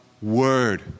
Word